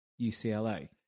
UCLA